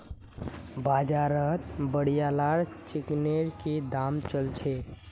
बाजारत ब्रायलर चिकनेर की दाम च ल छेक